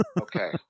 Okay